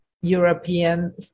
European